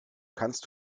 kannst